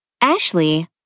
Ashley